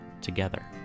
together